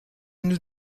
nous